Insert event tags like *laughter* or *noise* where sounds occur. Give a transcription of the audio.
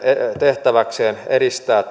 tehtäväkseen edistää *unintelligible*